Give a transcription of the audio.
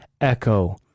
echo